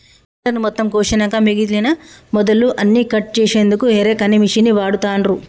పంటను మొత్తం కోషినంక మిగినన మొదళ్ళు అన్నికట్ చేశెన్దుకు హేరేక్ అనే మిషిన్ని వాడుతాన్రు